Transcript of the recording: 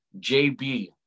JB